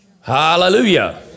Hallelujah